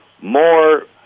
more